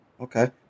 Okay